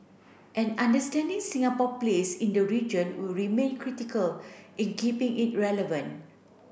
and understanding Singapore place in the region will remain critical in keeping it relevant